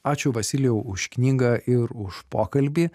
ačiū vasilijau už knygą ir už pokalbį